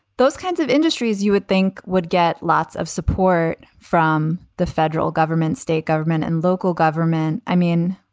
those kinds of industries you would think would get lots of support from the federal government, state government and local government. i mean.